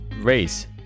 race